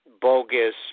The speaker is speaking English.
bogus